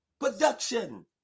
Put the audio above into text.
production